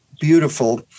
beautiful